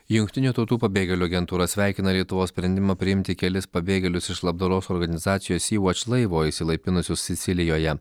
jungtinių tautų pabėgėlių agentūra sveikina lietuvos sprendimą priimti kelis pabėgėlius iš labdaros organizacijos sy vač laivo išsilaipinusius sicilijoje